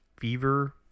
fever